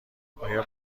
آیا